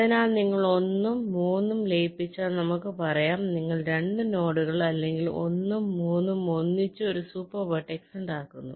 അതിനാൽ നിങ്ങൾ 1 ഉം 3 ഉം ലയിപ്പിച്ചാൽ നമുക്ക് പറയാം നിങ്ങൾ 2 നോഡുകൾ അല്ലെങ്കിൽ 1 ഉം 3 ഉം ഒന്നിച്ച് ഒരു സൂപ്പർ വെർട്ടെക്സ് ഉണ്ടാക്കുന്നു